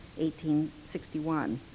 1861